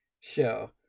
show